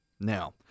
Now